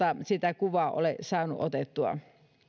sitä kuvaa ole saanut otettua